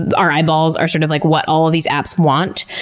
our eyeballs are sort of like what all of these apps want.